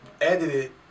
edited